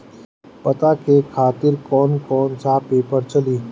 पता के खातिर कौन कौन सा पेपर चली?